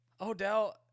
Odell